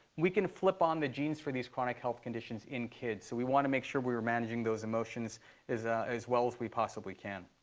we can flip on the genes for these chronic health conditions in kids. so we want to make sure we are managing those emotions as ah as well as we possibly can.